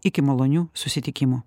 iki malonių susitikimų